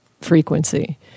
frequency